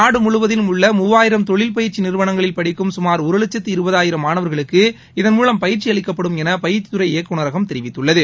நாடு முழுவதிலும் உள்ள மூவாயிரம் தொழில் பயிற்சி நிறுவனங்களில் படிக்கும் சுமார் ஒரு வட்சத்து இருபது ஆயிரம் மாணவர்களுக்கு இதன் மூலம் பயிற்சி அளிக்கப்படும் என பயிற்சித் துறை இயக்குநரகம் தெரிவித்துள்ளது